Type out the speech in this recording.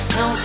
no